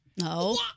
No